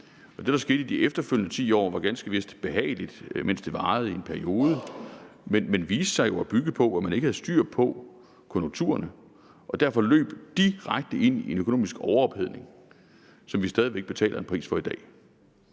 det, der skete i de efterfølgende 10 år, var ganske vist behageligt, mens det varede, i en periode, men viste sig jo at bygge på, at man ikke havde styr på konjunkturerne og derfor løb direkte ind i en økonomisk overophedning, som vi stadig væk i dag betaler en pris for.